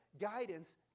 guidance